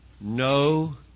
no